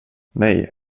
nej